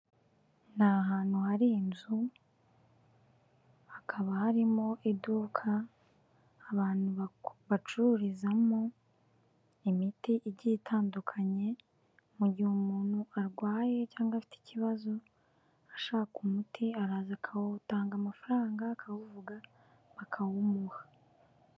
Ni ahantu hari inzu, hakaba harimo iduka abantu bacururizamo imiti igiye itandukanye, mu gihe umuntu arwaye cyangwa afite ikibazo ashaka umuti, araza akawutanga amafaranga, akawuvuga, bakawumuha.